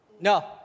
No